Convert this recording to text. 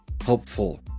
helpful